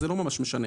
זה לא ממש חשוב.